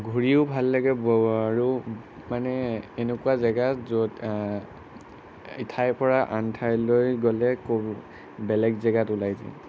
ঘুৰিও ভাল লাগে আৰু মানে এনেকুৱা জেগা য'ত এঠাইৰ পৰা আন ঠাইলৈ গ'লে ক বেলেগ জেগাত ওলাই যায়